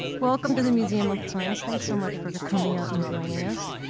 welcome to the museum of science. thanks so much for coming out and joining us.